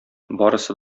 барысы